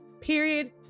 Period